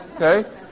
Okay